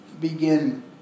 begin